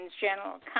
general